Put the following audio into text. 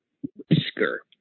whisker